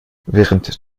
während